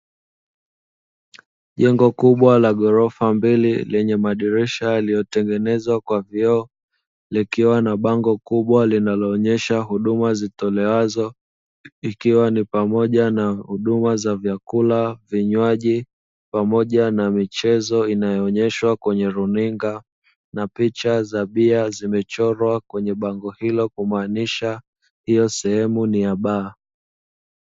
Jengo kubwa la ghorofa mbili lenye madirisha lililotengenezwa kwa vioo likiwa na bango kubwa, linaloonyesha huduma zitolewazo ikiwa ni pamoja na huduma za vyakula vivywaji pamoja na michezo inayoonyeshwa kwenye runinga; na picha za bia zimechorwa kwenye bango hilo kumaanisha hiyo sehemu ni ya baa.